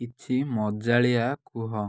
କିଛି ମଜାଳିଆ କୁହ